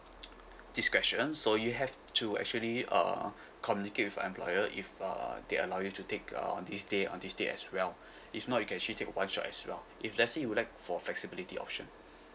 discretion so you have to actually uh communicate with your employer if uh they allow you to take uh on this day on this day as well if not you can actually take a one shot as well if let's say you would like for flexibility option